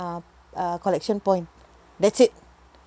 uh uh collection point that's it